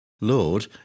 Lord